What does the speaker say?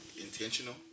intentional